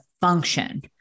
function